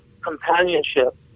companionship